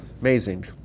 Amazing